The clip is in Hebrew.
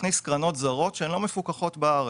ולהכניס קרנות זרות שלא מפוקחות בארץ.